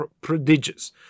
prodigious